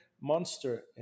monster